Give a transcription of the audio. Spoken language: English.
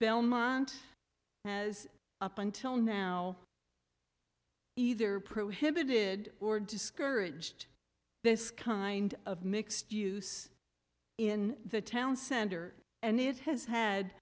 belmont has up until now either prohibited or discouraged this kind of mixed use in the town center and it has had